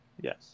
Yes